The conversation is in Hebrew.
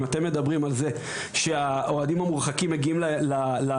אם אתם מדברים על זה שהאוהדים המורחקים מגיעים וחותמים,